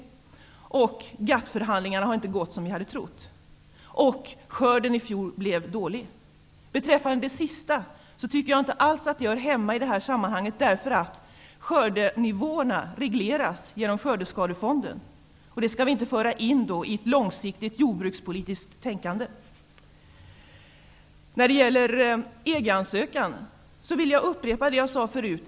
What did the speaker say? GATT-förhandlingarna har inte gått som vi hade trott. Skörden i fjol blev dålig. Det sista hör inte alls hemma i det här sammanhanget, därför att skördenivåerna regleras genom Skördeskadefonden. Detta skall då inte föras in i ett långsiktigt jordbrukspolitiskt tänkande. Jag vill upprepa det som jag sade förut.